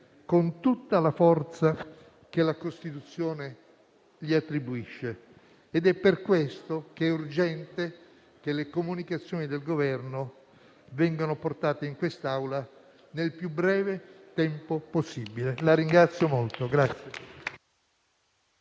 con tutta la forza che la Costituzione gli attribuisce. È per questo che è urgente che le comunicazioni del Governo vengano portate in quest'Aula nel più breve tempo possibile.